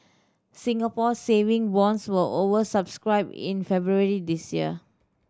Singapore Saving Bonds were over subscribed in February this year